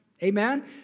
Amen